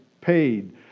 paid